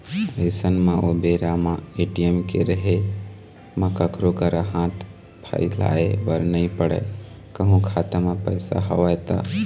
अइसन म ओ बेरा म ए.टी.एम के रहें म कखरो करा हाथ फइलाय बर नइ पड़य कहूँ खाता म पइसा हवय त